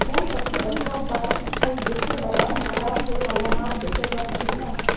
कोन सबसे बढ़िया उपाय हई जे से बाजार में खराब होये वाला माल बेचल जा सकली ह?